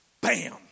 Bam